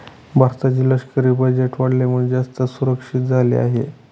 भारताचे लष्करी बजेट वाढल्यामुळे, जास्त सुरक्षित झाले आहे